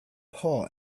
paw